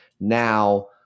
now